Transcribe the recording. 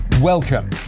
Welcome